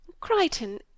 Crichton